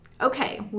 okay